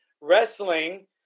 wrestling